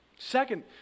Second